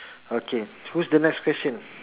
okay who's the next question